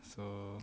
so